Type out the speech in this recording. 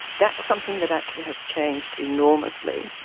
that's something that actually has changed enormously,